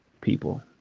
people